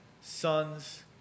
sons